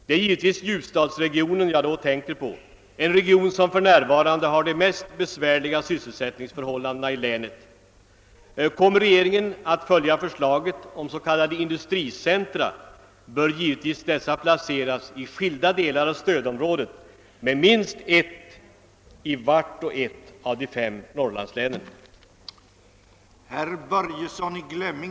Det är givetvis Ljusdalsregionen jag tänker på — den region som för närvarande har de mest besvärliga sysselsättningsförhållandena i länet. Kommer regeringen att följa förslaget om s.k. industricentra bör dessa givetvis placeras i skilda delar av stödområdet med minst ett i vart och ett av de fem Norrlandslänen.